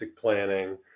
planning